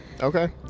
Okay